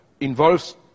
involves